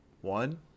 One